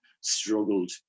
struggled